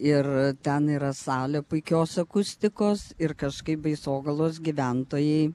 ir ten yra salė puikios akustikos ir kažkaip baisogalos gyventojai